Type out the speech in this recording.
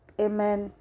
Amen